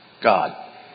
God